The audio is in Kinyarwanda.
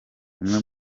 umwe